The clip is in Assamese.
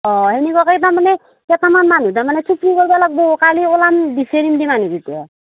অঁ তেনেকুৱাকে তাৰমানে কেইটামান মানুহ তাৰমানে ফিটিং কৰিব লাগিব কালি ওলাম বিচাৰিম দে মানুহকেইটা